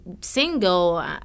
single